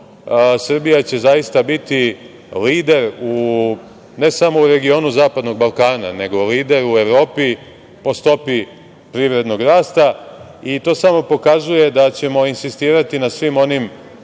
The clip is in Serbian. Srbija će zaista biti lider ne samo u regionu zapadnog Balkana, nego lider u Evropi po stopi privrednog rasta. To samo pokazuje da ćemo insistirati na svim onim